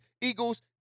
Eagles